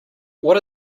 what